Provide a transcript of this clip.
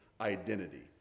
identity